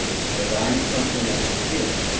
had divined something of his feeling,